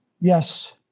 Yes